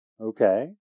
Okay